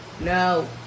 no